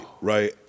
right